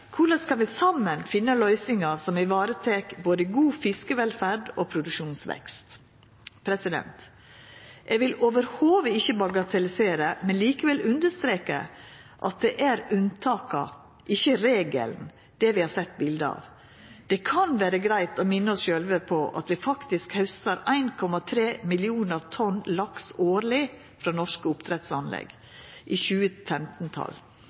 Korleis skal vi saman finna løysingar som tek i vare både god fiskevelferd og produksjonsvekst? Eg vil slett ikkje bagatellisera, men likevel understreka at det er unntaka og ikkje regelen vi har sett bilde av. Det kan vera greitt å minna oss sjølve om at vi faktisk haustar 1,3 millionar tonn laks årleg frå norske oppdrettsanlegg, i